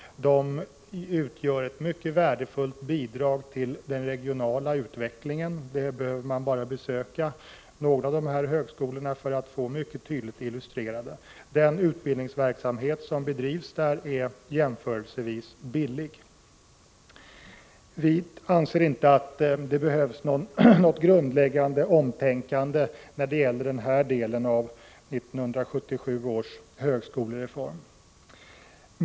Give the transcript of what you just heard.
De utgör ett mycket värdefullt bidrag till den regionala utvecklingen. Man behöver bara besöka några av dessa högskolor för att få detta mycket tydligt illustrerat. Den utbildning som där bedrivs är jämförelsevis billig. Vi anser inte att det behövs något grundläggande omtänkande när det gäller den här delen av 1977 års högskolereform.